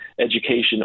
education